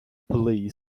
police